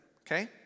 okay